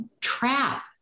trap